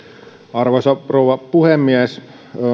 arvoisa rouva puhemies